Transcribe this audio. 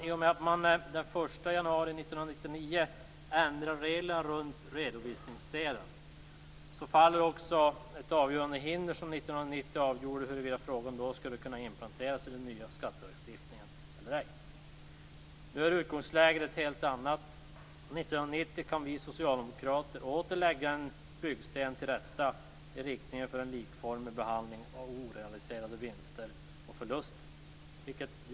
I och med att man den 1 januari 1999 ändrar reglerna runt redovisningsseden faller också ett avgörande hinder som 1990 avgjorde huruvida frågan då skulle kunna inplanteras i den nya skattelagstiftningen eller ej. Nu är utgångsläget ett helt annat. 1990 kan vi socialdemokrater åter lägga en byggsten till rätta i riktning mot en likformig behandling av orealiserade vinster och förluster.